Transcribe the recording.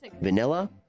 Vanilla